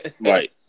right